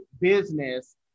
business